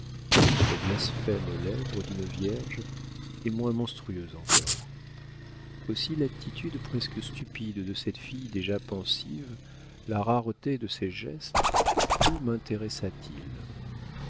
blasphème aux lèvres d'une vierge est moins monstrueux encore aussi l'attitude presque stupide de cette fille déjà pensive la rareté de ses gestes tout mintéressa t il